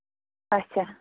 اَچھا